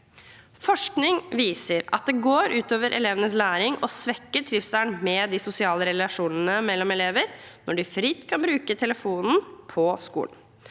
Forskning viser at det går ut over elevenes læring og svekker trivselen med hensyn til de sosiale relasjonene mellom elever når de fritt kan bruke telefonen på skolen.